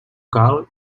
cal